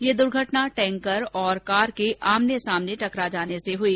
ये दुर्घटना टैंकर और कार के आमने सामने टकरा जाने से हुई